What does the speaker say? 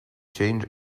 change